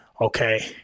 okay